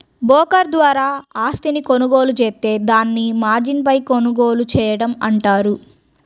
broker ద్వారా ఆస్తిని కొనుగోలు జేత్తే దాన్ని మార్జిన్పై కొనుగోలు చేయడం అంటారు